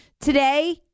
Today